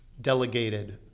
delegated